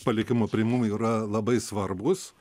palikimo priėmimui yra labai svarbūs